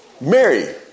Mary